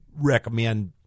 recommend